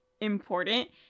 important